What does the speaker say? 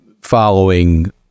following